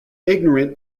ignorant